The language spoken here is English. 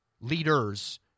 leaders